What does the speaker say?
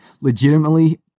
legitimately